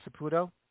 Saputo